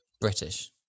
British